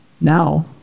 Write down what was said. now